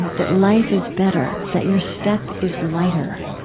that life is better, that your step is lighter.